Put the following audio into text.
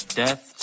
death